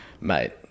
mate